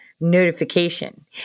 notification